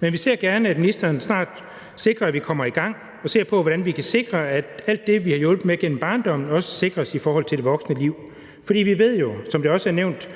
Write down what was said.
Men vi ser gerne, ministeren snart sikrer, at vi kommer i gang og ser på, hvordan vi kan sikre, at alt det, vi har hjulpet med gennem barndommen, også sikres i det voksne liv. For vi ved jo, som det også er nævnt